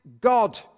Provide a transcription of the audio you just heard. God